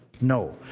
No